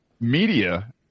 media